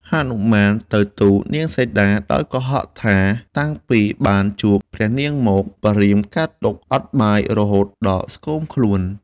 ហនុមានទៅទួលនាងសីតា ដោយកុហកថាតាំងពីបានជួបព្រះនាងមកព្រះរាមកើតទុក្ខអត់បាយរហូតដល់ស្គមខ្លួន។